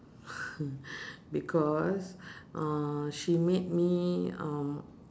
because uh she made me um